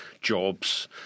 jobs